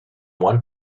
one